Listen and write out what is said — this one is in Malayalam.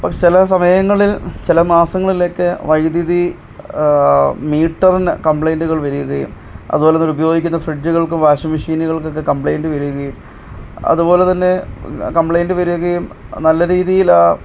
ചില സമയങ്ങളിൽ ചില മാസങ്ങളിലൊക്കെ വൈദ്യുതി മീറ്ററിന് കംപ്ലെയിന്റുകൾ വരികയും അതുപോലെതന്നെ ഉപയോഗിക്കുന്ന ഫ്രിഡ്ജുകൾക്കും വാഷിംഗ് മെഷീനുകൾക്കൊക്കെ കംപ്ലയിന്റ് വരികയും അതുപോലെതന്നെ കംപ്ലൈന്റ്റ് വരികയും നല്ല രീതിയിലാ